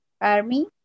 army